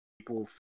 people